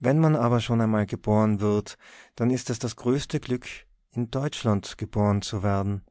wenn man aber schon einmal geboren wird dann ist es das größte glück in deutschland geboren zu werden